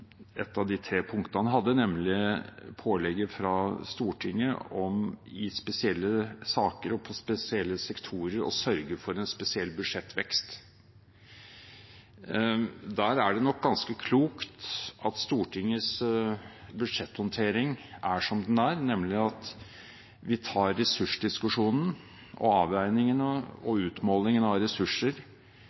ett av de tre punktene han hadde, nemlig pålegget fra Stortinget om i spesielle saker og på spesielle sektorer å sørge for en spesiell budsjettvekst. Der er det nok ganske klokt at Stortingets budsjetthåndtering er som den er, nemlig at vi tar ressursdiskusjonen og avveiningene og utmålingen av ressurser